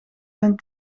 zijn